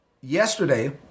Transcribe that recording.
yesterday